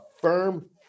firm